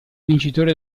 vincitore